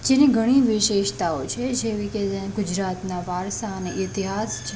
જેની ઘણી વિશેષતાઓ છે જેવી કે ગુજરાતનાં વારસા ને ઇતિહાસ છે